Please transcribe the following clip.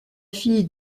fille